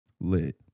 Lit